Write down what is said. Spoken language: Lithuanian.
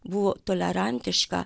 buvo tolerantiška